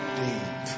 deep